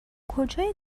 کجای